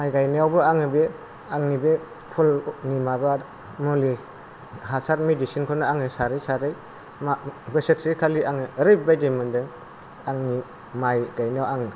माइ गायनायावबो आङो बे आंनि बे फुलनि माबा मुलि हासार मेडिशिनखौ आंनो सारै सारै बोसोरसेखालि आङो ओरैबादि मोनदों आंनि माइ गायनायाव आं